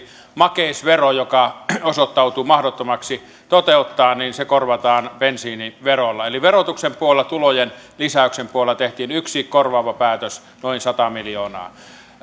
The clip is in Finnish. makeisvero joka osoittautui mahdottomaksi toteuttaa korvataan bensiiniverolla eli verotuksen puolella tulojen lisäyksen puolella tehtiin yksi korvaava päätös noin sata miljoonaa